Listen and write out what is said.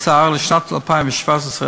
אוצר לשנת 2017,